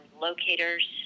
locators